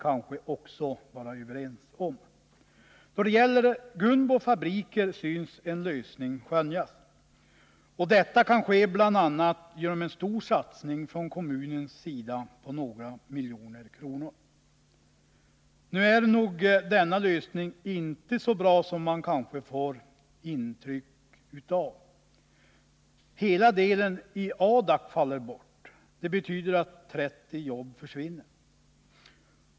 Då det gäller Gunbo Fabriker kan man skönja en lösning, bl.a. genom en stor satsning från kommunens sida på några miljoner kronor. Nu är nog inte denna lösning så bra som man kan få intryck av. Hela verksamhetsdelen i Adak faller bort, vilket betyder att 30 arbeten försvinner.